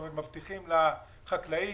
כלומר מבטיחים לחקלאי